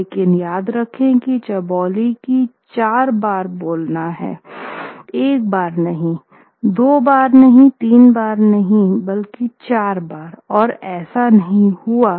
लेकिन याद रखें की चौबोली को चार बार बोलना है एक बार नहीं दो बार नहीं तीन बार नहीं बल्कि चार बार और ऐसा नहीं हुआ है